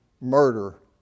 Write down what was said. murder